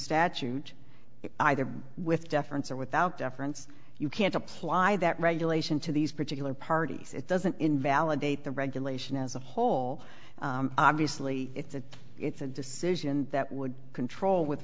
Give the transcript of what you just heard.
statute either with deference or without deference you can't apply that regulation to these particular parties it doesn't invalidate the regulation as a whole obviously it's a it's a decision that would control with